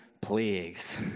plagues